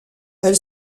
elle